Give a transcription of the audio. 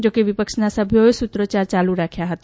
જો કે વિપક્ષના સભ્યોએ સૂત્રોચ્યાર યાલુ રાખ્યા હતા